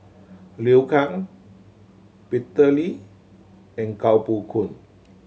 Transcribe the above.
Liu Kang Peter Lee and Kuo Pao Kun